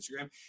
instagram